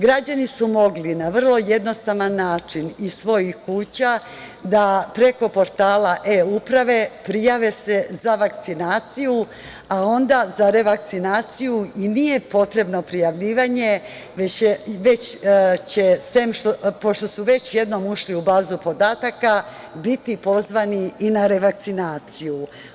Građani su mogli na vrlo jednostavan način iz svojih kuća da preko portala e-Uprave prijave se za vakcinaciju, a onda za revakcinaciju i nije potrebno prijavljivanje, već će pošto su već jednom ušli u bazu podataka biti pozvani i na revakcinaciju.